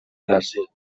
gràcia